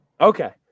Okay